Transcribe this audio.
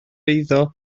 eiddo